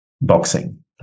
boxing